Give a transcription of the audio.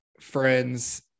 friends